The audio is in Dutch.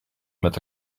met